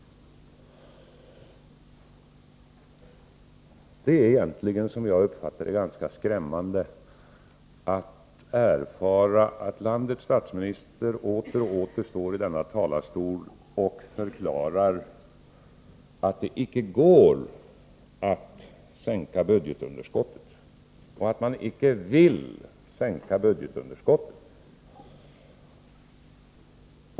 Det är, som jag uppfattar det, egentligen ganska skrämmande att erfara att landets statsminister åter och åter står i denna talarstol och förklarar att det icke går att sänka budgetunderskottet och att man icke vill sänka budgetunderskottet.